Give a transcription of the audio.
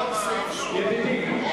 רבותי,